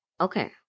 Okay